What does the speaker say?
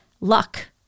luck